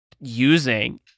using